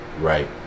right